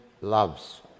loves